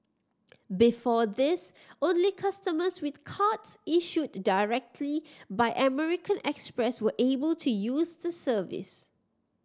before this only customers with cards issued directly by American Express were able to use the service